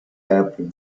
happy